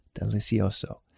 delicioso